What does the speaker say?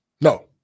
No